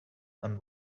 and